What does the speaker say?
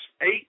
eight